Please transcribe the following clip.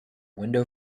window